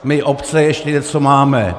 My, obce, ještě něco máme.